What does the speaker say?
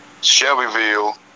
Shelbyville